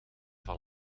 van